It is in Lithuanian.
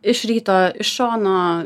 iš ryto iš šono